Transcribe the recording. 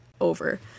over